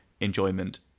enjoyment